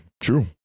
True